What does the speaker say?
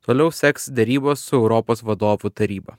toliau seks derybos su europos vadovų taryba